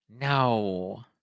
no